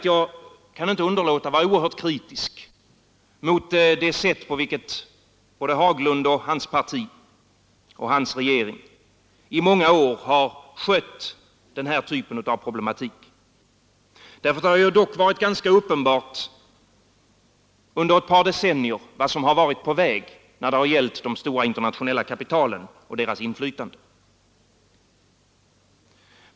Jag kan inte underlåta att vara oerhört kritisk mot det sätt på vilket herr Haglund och hans parti och hans regering i många år har skött den här typen av problematik. Det har dock varit ganska uppenbart under ett par decennier vad som har varit på väg när det gällt de stora internationella kapitalen och deras inflytande.